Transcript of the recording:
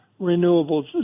renewables